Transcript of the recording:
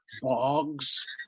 bogs